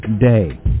day